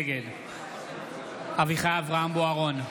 נגד אביחי אברהם בוארון,